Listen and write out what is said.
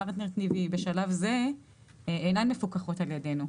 פרטנר TV בשלב זה אינן מפוקחות על ידינו.